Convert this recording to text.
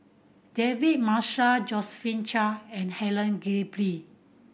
David Marshall Josephine Chia and Helen Gilbey